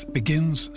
begins